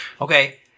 Okay